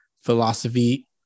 philosophy